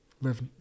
live